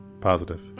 Positive